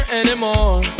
anymore